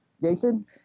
Jason